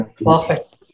Perfect